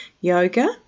yoga